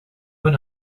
bon